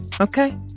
Okay